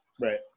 Right